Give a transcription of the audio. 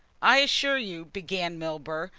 i assure you began milburgh.